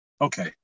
Okay